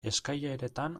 eskaileretan